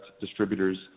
distributors